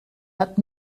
hat